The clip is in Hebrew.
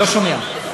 לא שומע.